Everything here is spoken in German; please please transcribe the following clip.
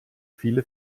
viele